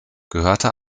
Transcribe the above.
gehörte